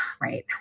Right